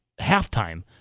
halftime